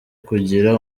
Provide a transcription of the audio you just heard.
kugira